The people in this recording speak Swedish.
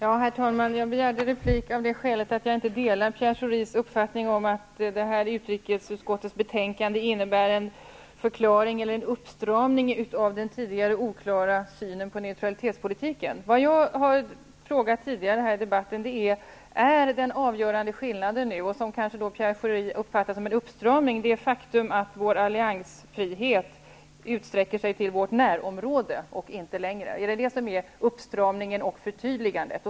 Herr talman! Jag begärde replik av det skälet att jag inte delar Pierre Schoris uppfattning om att utrikesutskottets betänkande innebär ett förtydligande och en uppstramning av den tidigare oklara synen på neutralitetspolitiken. Jag har tidigare här i debatten frågat: Är den avgörande skillnaden det faktum att vår alliansfrihet utsträcker sig enbart till vårt närområde och inte längre? Är detta uppstramningen och förtydligandet?